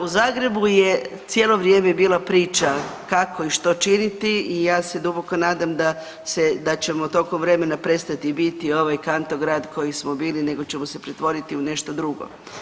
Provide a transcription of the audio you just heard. U Zagrebu je cijelo vrijeme bila priča kako i što činiti i ja se duboko nadam da ćemo tokom vremena prestati biti ovaj kantograd koji smo bili nego ćemo se pretvoriti u nešto drugo.